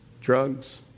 drugs